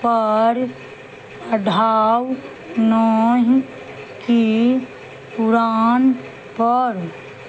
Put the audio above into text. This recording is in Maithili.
पर पढाउ नहि की पुरानपर